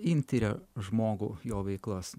jin tiria žmogų jo veiklas